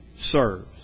serves